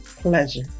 pleasure